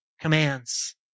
commands